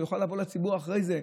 ותוכל לבוא לציבור אחרי זה.